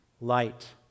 light